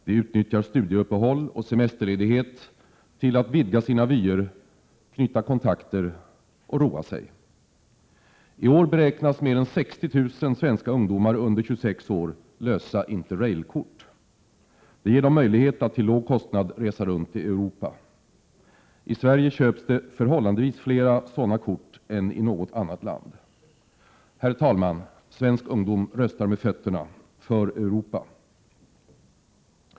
De utnyttjar studieuppehåll och semesterledighet till att vidga sina vyer, knyta kontakter och roa sig. I år beräknas mer än 60 000 svenska ungdomar under 26 år lösa Interrail-kort. Det ger dem möjlighet att till låg kostnad resa runt i Europa. I Sverige köps det förhållandevis flera sådana kort än i något annat land. Svensk ungdom röstar med fötterna — för Europa!